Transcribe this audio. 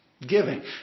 giving